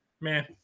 man